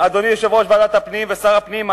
אדוני יושב-ראש ועדת הפנים ושר הפנים,